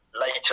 Later